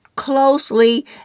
closely